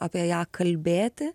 apie ją kalbėti